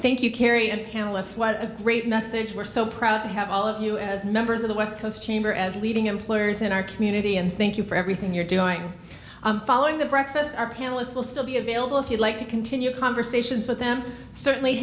message we're so proud to have all of you as members of the west coast chamber as leading employers in our community and thank you for everything you're doing following the breakfast our panelists will still be available if you'd like to continue conversations with them certainly